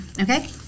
okay